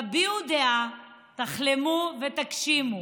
תביעו דעה, תחלמו ותגשימו.